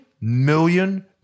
million